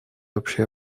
общей